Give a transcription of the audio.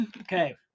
Okay